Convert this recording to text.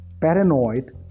paranoid